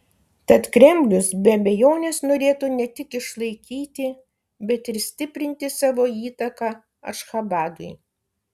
tad kremlius be abejonės norėtų ne tik išlaikyti bet ir stiprinti savo įtaką ašchabadui